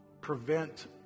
prevent